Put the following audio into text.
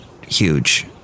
huge